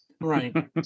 right